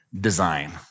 design